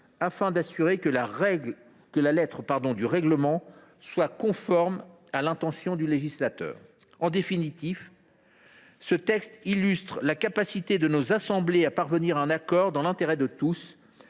afin de garantir que la lettre du règlement sera bien conforme à l’intention du législateur. En définitive, ce texte illustre la capacité de nos assemblées à parvenir à un accord dans l’intérêt commun